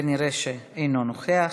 כנראה אינו נוכח,